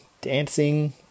dancing